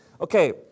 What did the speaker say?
Okay